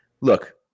look